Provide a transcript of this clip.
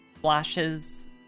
flashes